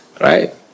right